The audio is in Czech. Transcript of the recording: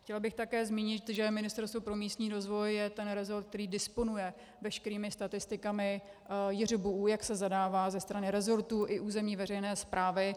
Chtěla bych také zmínit, že Ministerstvo pro místní rozvoj je ten resort, který disponuje veškerými statistikami JŘBU, jak se zadává ze strany resortu i územní veřejné správy.